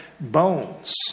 bones